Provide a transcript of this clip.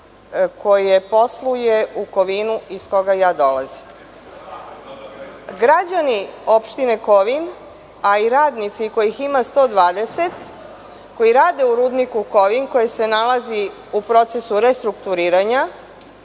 koje posluje u Kovinu, a iz koga dolazim. Građani opštine Kovin, a i radnici kojih ima 120, koji rade u Rudniku Kovin, a koji se nalazi u procesu restrukturiranja,